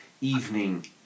evening